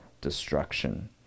destruction